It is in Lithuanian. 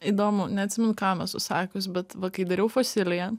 įdomu neatsimenu kam esu sakius bet va kai dariau fosiliją